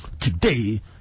today